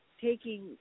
taking